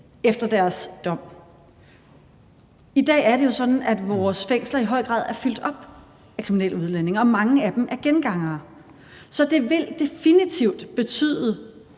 efter deres dom. I dag er det jo sådan, at vores fængsler i høj grad er fyldt op med kriminelle udlændinge, og mange af dem er gengangere. Så det vil definitivt betyde,